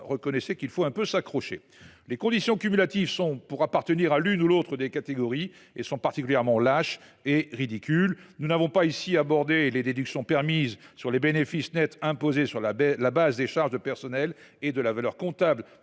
reconnaissez qu’il faut un peu s’accrocher… Les catégories cumulatives pour appartenir à l’une ou l’autre catégorie sont particulièrement lâches et ridicules. Nous n’avons pas abordé les déductions permises sur les bénéfices nets imposés sur la base des charges de personnel et de la valeur comptable